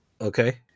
Okay